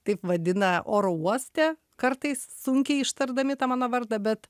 taip vadina oro uoste kartais sunkiai ištardami tą mano vardą bet